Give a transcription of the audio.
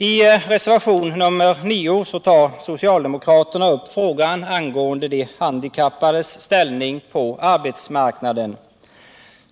I reservationen 9 tar socialdemokraterna upp frågan angående de handikappades ställning på arbetsmarknaden.